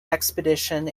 expedition